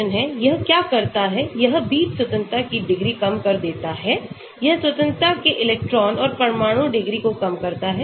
यह क्या करता है यह बीच स्वतंत्रता की डिग्री कम कर देता है यह स्वतंत्रता के इलेक्ट्रॉन और परमाणु डिग्री को कम करता है